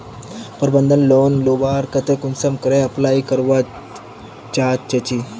प्रबंधन लोन लुबार केते कुंसम करे अप्लाई करवा चाँ चची?